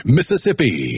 Mississippi